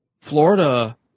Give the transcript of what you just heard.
Florida